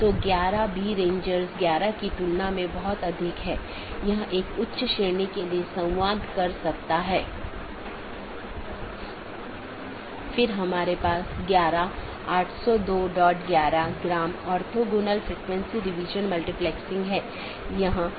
और जैसा कि हम समझते हैं कि नीति हो सकती है क्योंकि ये सभी पाथ वेक्टर हैं इसलिए मैं नीति को परिभाषित कर सकता हूं कि कौन पारगमन कि तरह काम करे